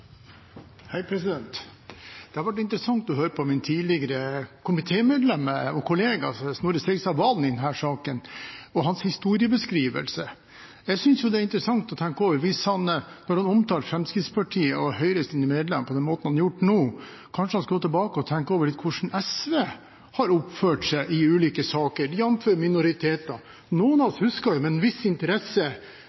Det har vært interessant å høre på min tidligere komitékollega og kollega Snorre Serigstad Valen i denne saken og hans historiebeskrivelse. Jeg synes det er interessant å tenke på at han omtalte Fremskrittspartiet og Høyres medlemmer på den måten han har gjort nå. Kanskje han skulle gå tilbake og tenke litt over hvordan SV har oppført seg i ulike saker, jf. minoriteter. Noen av oss husker med en viss interesse